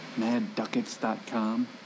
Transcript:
MadDuckets.com